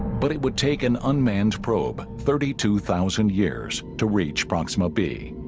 but it would take an unmanned probe thirty two thousand years to reach proxima be